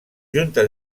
juntes